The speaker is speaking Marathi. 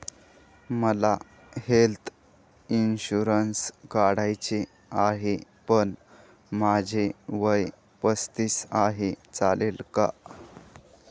मला हेल्थ इन्शुरन्स काढायचा आहे पण माझे वय पस्तीस आहे, चालेल का?